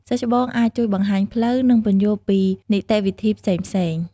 សិស្សច្បងអាចជួយបង្ហាញផ្លូវ និងពន្យល់ពីនីតិវិធីផ្សេងៗ។